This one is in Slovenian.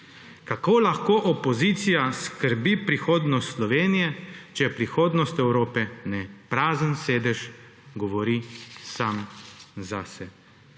Kako lahko opozicijo skrbi prihodnost Slovenije, če prihodnost Evrope ne, prazen sedež govori sam zase.